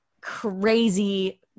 crazy